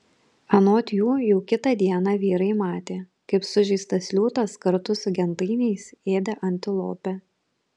anot jų jau kitą dieną vyrai matė kaip sužeistas liūtas kartu su gentainiais ėdė antilopę